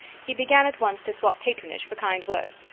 he began at once to swap patronage for kind words,